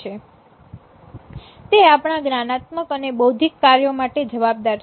તે આપણા જ્ઞાનાત્મક અને બૌદ્ધિક કાર્યો માટે જવાબદાર છે